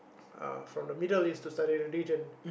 uh from the Middle-East to study religion